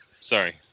Sorry